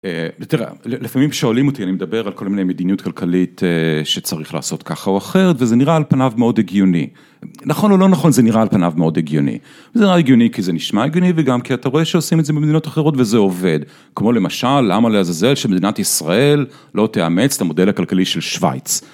אה.. תראה, לפעמים שואלים אותי, אני מדבר על כל מיני מדיניות כלכלית אה.. שצריך לעשות ככה או אחרת וזה נראה על פניו מאוד הגיוני. נכון או לא נכון, זה נראה על פניו מאוד הגיוני. זה נראה הגיוני כי זה נשמע הגיוני וגם כי אתה רואה שעושים את זה במדינות אחרות וזה עובד. כמו למשל, למה לעזאזל שמדינת ישראל לא תאמץ את המודל הכלכלי של שוויץ?